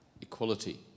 equality